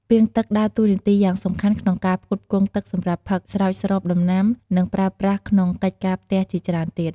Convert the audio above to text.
ពាងទឹក ដើរតួនាទីយ៉ាងសំខាន់ក្នុងការផ្គត់ផ្គង់ទឹកសម្រាប់ផឹក ស្រោចស្រពដំណាំ និងប្រើប្រាស់ក្នុងកិច្ចការផ្ទះជាច្រើនទៀត។